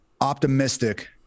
optimistic